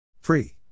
Free